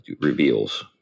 reveals